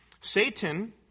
Satan